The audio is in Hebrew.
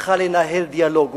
צריכה לנהל דיאלוג.